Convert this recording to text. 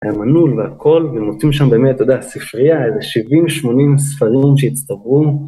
המנעול והכל, ומוצאים שם באמת, אתה יודע, ספרייה, איזה 70-80 ספרים שהצטברו.